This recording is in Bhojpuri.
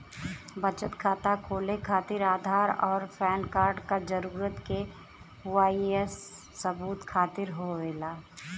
बचत खाता खोले खातिर आधार और पैनकार्ड क जरूरत के वाइ सी सबूत खातिर होवेला